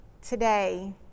today